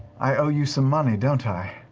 i owe you some money, don't i?